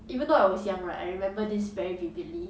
even though I was young right I remember this very vividly